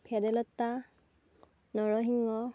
ভেদাইলতা নৰসিংহ